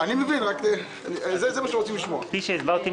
כפי שהסברתי,